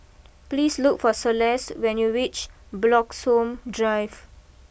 please look for Celeste when you reach Bloxhome Drive